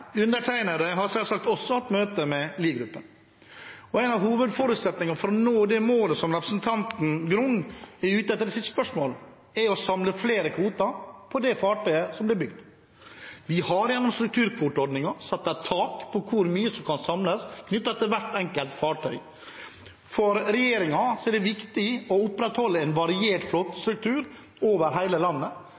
har selvsagt også hatt møte med Liegruppen, og en av hovedforutsetningene for å nå det målet som representanten Grung er ute etter i sitt spørsmål, er å samle flere kvoter på det fartøyet som blir bygd. Gjennom strukturkvoteordningen har vi satt et tak på hvor mye som kan samles på hvert enkelt fartøy. For regjeringen er det viktig å opprettholde en variert flåtestruktur over hele landet,